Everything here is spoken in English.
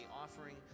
offering